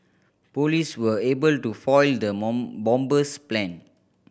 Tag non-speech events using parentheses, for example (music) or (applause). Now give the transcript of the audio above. police were able to foil the (unintelligible) bomber's plan